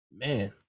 man